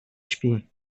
śpi